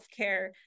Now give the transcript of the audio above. healthcare